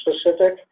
specific